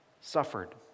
suffered